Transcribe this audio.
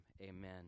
Amen